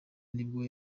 nibwo